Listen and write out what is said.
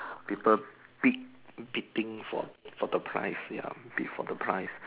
people bid bidding for for the price ya for the price